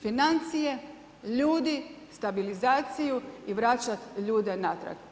Financije, ljudi, stabilizaciju i vraćat ljude natrag.